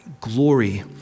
Glory